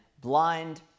blind